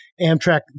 Amtrak